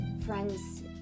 friends